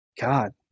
God